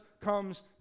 comes